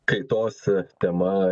kaitos tema